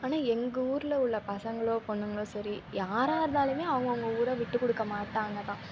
ஆனால் எங்கள் ஊரில் உள்ள பசங்களோ பொண்ணுங்களோ சரி யாராக இருந்தாலும் அவங்க அவங்க ஊரை விட்டு கொடுக்க மாட்டாங்க தான்